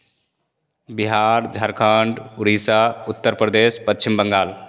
Bihar Jharkhand Orissa Uttar Pradesh Paschim Bengal